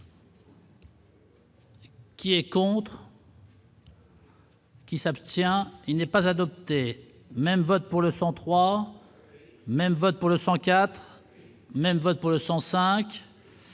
Qui est contre. Qui s'abstient, il n'est pas adopté même vote pour le 103 même vote pour le CIV même vote pour le sang